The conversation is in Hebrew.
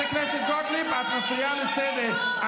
חברת הכנסת גוטליב, את מפריעה לסדר.